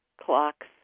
clocks